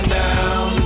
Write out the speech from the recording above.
down